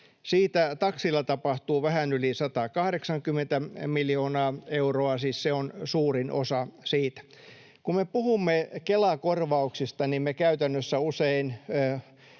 Siitä taksilla tapahtuu vähän yli 180 miljoonaa euroa, se on siis suurin osa siitä. Kun me puhumme Kela-korvauksista, niin me käytännössä usein